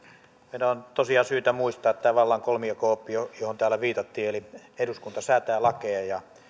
meidän on tosiaan syytä muistaa tämä vallan kolmijako oppi johon täällä viitattiin eli eduskunta säätää lakeja ja